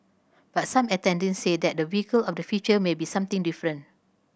but some attendees said that the vehicle of the future may be something different